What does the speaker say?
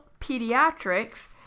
pediatrics